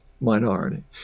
minority